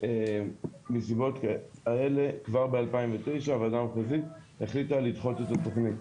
ומהסיבות האלה כבר ב-2009 הוועדה המחוזית החליטה לדחות את התוכנית.